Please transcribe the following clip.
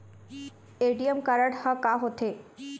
ATM card हा का होते?